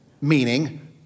meaning